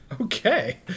Okay